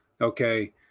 Okay